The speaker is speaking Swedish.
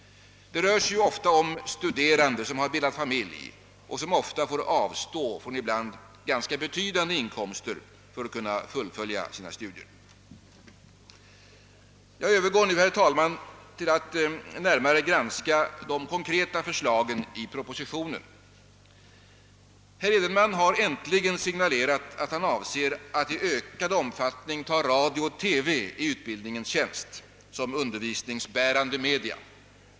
Det rör sig ofta om stu derande' som har bildat familj och som ofta får avstå från ibland ganska betydande inkomster för att kunna fullfölja sina studier. Jag övergår nu, herr talman, till att närmare granska de konkreta förslagen i propositionen. Herr Edenman har äntligen signalerat att han avser att i ökad omfattning ta radio och TV i utbildningens tjänst som undervisningsbärande media.